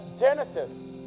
Genesis